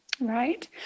Right